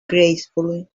gracefully